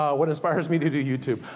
what inspires me to do youtube.